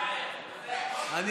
לא, "אתה יודע איך".